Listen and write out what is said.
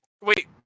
Wait